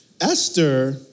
Esther